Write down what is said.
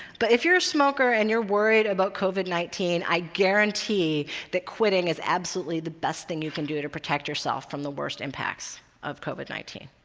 but if you're a smoker and you're worried about covid nineteen, i guarantee that quitting is absolutely the best thing you can do to protect yourself from the worst impacts of covid nineteen.